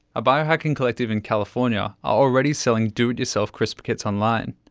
a biohacking collective in california are already selling do-it-yourself crispr kits online.